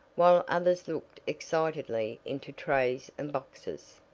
while others looked excitedly into trays and boxes.